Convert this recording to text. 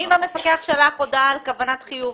אם המפקח שלח הודעה על כוונת חיוב,